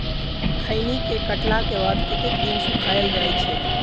खैनी केँ काटला केँ बाद कतेक दिन सुखाइल जाय छैय?